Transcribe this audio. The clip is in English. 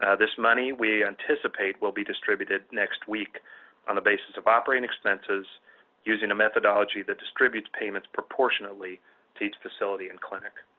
ah this money we anticipate will be distributed next week on the basis of operating expenses using the methodology that distributes payments proportionately to each facility and clinic.